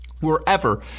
wherever